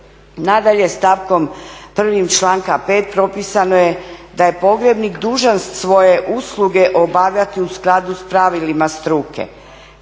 Nadalje, stavkom 1., članka 5. propisano je da je pogrebnik dužan svoje usluge obavljati u skladu s pravilima struke.